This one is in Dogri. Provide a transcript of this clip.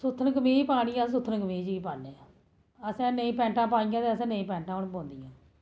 सुत्थन कमीज़ ई पानी ते असें सुत्थन कमीज़ ई पानी ते असें नेईं पैंटां पानियां ते असें हु'न नेईं पैंटां पौंदियां